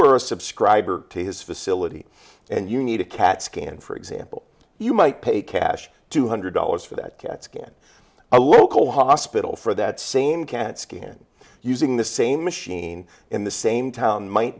are a subscriber to his facility and you need a cat scan for example you might pay cash two hundred dollars for that cat scan a local hospital for that same can scan using the same machine in the same town might